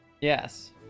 Yes